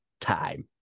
time